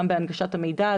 גם בהנגשת המידע,